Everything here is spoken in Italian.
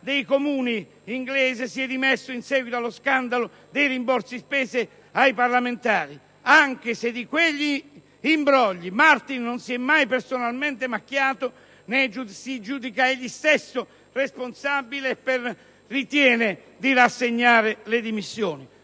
dei Comuni inglese si è dimesso in seguito allo scandalo dei rimborsi spese ai parlamentari. Anche se di quegli imbrogli Martin non si è mai personalmente macchiato, se ne giudica egli stesso responsabile e ritiene di rassegnare le dimissioni.